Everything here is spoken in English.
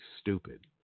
stupid